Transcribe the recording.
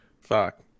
fuck